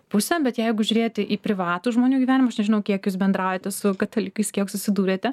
pusę bet jeigu žiūrėti į privatų žmonių gyvenimus aš nežinau kiek jūs bendraujate su katalikais kiek susidūrėte